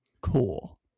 cool